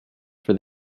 for